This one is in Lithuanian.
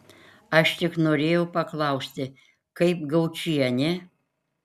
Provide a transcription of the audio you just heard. aš tik norėjau paklausti kaip gaučienė